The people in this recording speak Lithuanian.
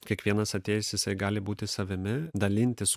kiekvienas atėjęs jisai gali būti savimi dalintis